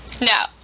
Now